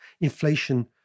inflation